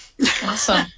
Awesome